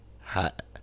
Hot